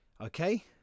Okay